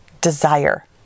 desire